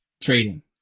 trading